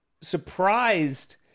surprised